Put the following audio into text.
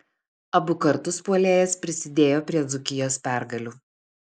abu kartus puolėjas prisidėjo prie dzūkijos pergalių